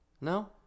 No